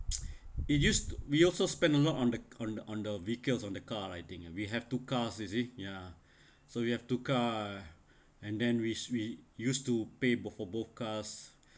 it used we also spent a lot on the on the on the vehicles on the car I think we have two cars you see ya so you have two cars and then we we used to pay for both cars